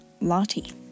Lottie